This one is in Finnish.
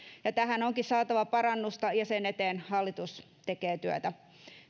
tähän onkin saatava parannusta ja sen eteen hallitus tekee työtä